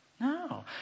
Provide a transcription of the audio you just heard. No